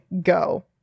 go